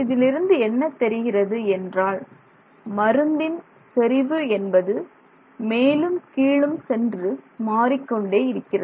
இதிலிருந்து என்ன தெரிகிறது என்றால் மருந்தின் செறிவு என்பது மேலும் கீழும் சென்று மாறிக்கொண்டே இருக்கிறது